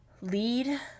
lead